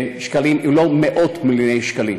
שקלים, אם לא מאות מיליוני שקלים.